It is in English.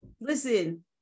listen